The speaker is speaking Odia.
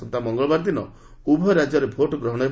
ଆସନ୍ତା ମଙ୍ଗଳବାର ଦିନ ଉଭୟ ରାଜ୍ୟରେ ଭୋଟ ଗ୍ରହଣ ହେବ